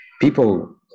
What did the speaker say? people